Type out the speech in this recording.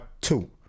two